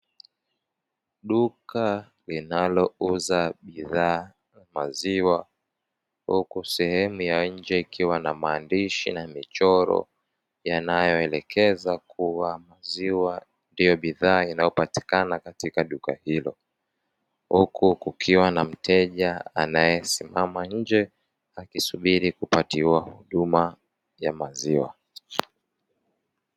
Duka linalouza bidhaa ya maziwa, huku sehemu ya nje ikiwa na maandishi ya michoro yanayoelekeza kuwa maziwa ndiyo bodha inayopatikana katika duka hilo, huku kukiwa na mteja anayesimama nje akisubiri kupatiwa huduma ya maziwa.